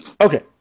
Okay